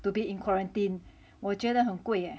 to be in quarantine 我觉得很贵